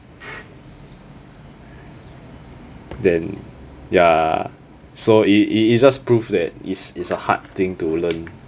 then ya so it it it just prove that is is a hard thing to learn